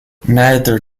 neither